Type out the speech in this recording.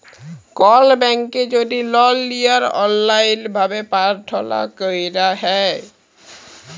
call ব্যাংকে যদি লল লিয়ার অললাইল ভাবে পার্থলা ক্যরা হ্যয়